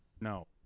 No